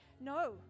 no